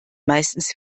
meistens